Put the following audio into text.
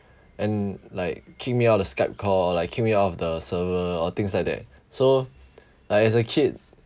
and like kick me out the skype call like kick me out of the server or things like that so like as a kid